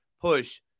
push